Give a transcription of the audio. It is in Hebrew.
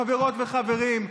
חברות וחברים,